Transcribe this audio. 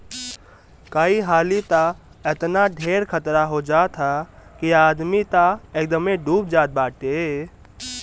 कई हाली तअ एतना ढेर खतरा हो जात हअ कि आदमी तअ एकदमे डूब जात बाटे